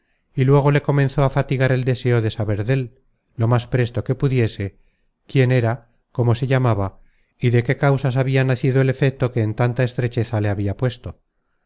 y luego le comenzó á fatigar el deseo de saber dél lo más presto que pudiese quién era cómo se llamaba y de qué causas habia nacido el efeto que en tanta estrecheza le habia puesto